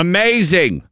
Amazing